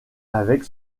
avec